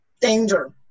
danger